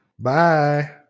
Bye